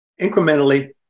incrementally